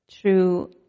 true